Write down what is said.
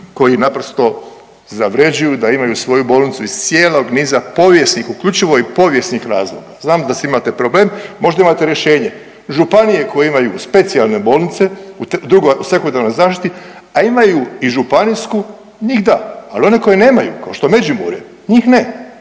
koji naprosto zavrjeđuju da imaju svoju bolnicu iz cijelog niza povijesnih, uključivo i povijesnih razloga, znamo da s tim imate problem, možda imate rješenje. Županije koje imaju specijalne bolnice …/Govornik se ne razumije/…u sekundarnoj zaštiti, a imaju i županijsku nigda, al one koje nemaju kao što Međimurje, njih ne,